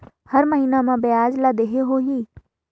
हर महीना मा ब्याज ला देहे होही?